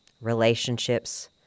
Relationships